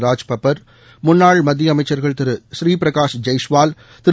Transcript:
ராஜ் பப்பர் முன்னாள் மத்திய அமைச்சர்கள் திரு ஸ்ரீபிரகாஷ் ஜெய்ஷ்வால் திரு